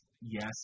yes